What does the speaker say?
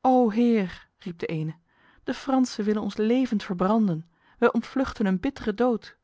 o heer riep de ene de fransen willen ons levend verbranden wij ontvluchten een bittere dood